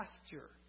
pasture